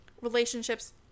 relationships